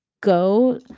go